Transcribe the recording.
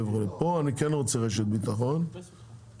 פה אני כן רוצה רשת ביטחון מסוימת,